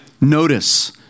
Notice